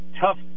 Tough